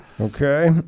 Okay